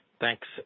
thanks